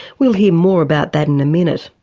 we'll hear more about that in a minute.